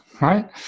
right